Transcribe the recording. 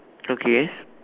okay